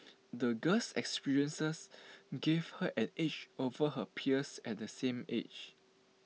the girl's experiences gave her an edge over her peers of the same age